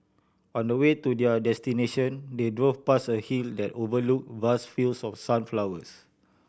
on the way to their destination they drove past a hill that overlook vast fields of sunflowers